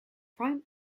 prime